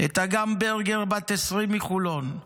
את אגם ברגר, בת 20, מחולון,